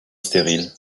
stérile